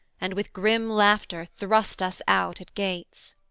and with grim laughter thrust us out at gates.